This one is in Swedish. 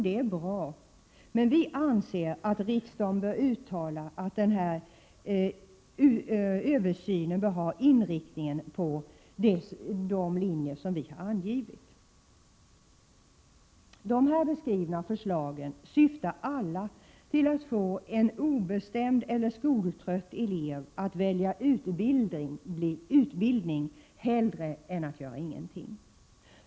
Det är bra, men vi anser att riksdagen bör uttala att denna översyn bör ha inriktning på de linjer som vi har angivit. De här beskrivna förslagen syftar alla till att få en obeslutsam eller skoltrött elev att välja utbildning i stället för att inte göra någonting.